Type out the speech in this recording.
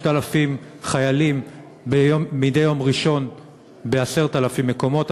5,000 חיילים מדי יום ראשון ב-10,000 מקומות,